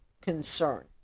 concern